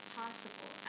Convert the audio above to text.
possible